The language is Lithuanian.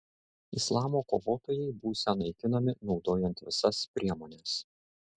islamo kovotojai būsią naikinami naudojant visas priemones